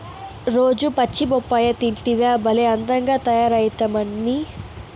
రోజూ పచ్చి బొప్పాయి తింటివా భలే అందంగా తయారైతమ్మన్నీ